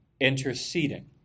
interceding